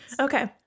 Okay